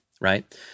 right